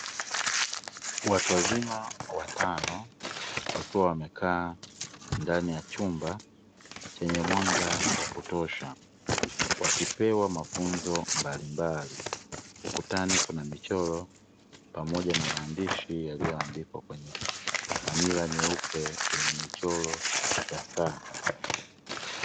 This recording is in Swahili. Watu wazima watano wakiwa wamekaa ndani ya chumba chenye mwanga wakutosha, wakipewa mafunzo mbalimbali. Ukutani kuna michoro pamoja na maandishi yaliyoandikwa kwenye manila nyeupe yenye michoro ya saa.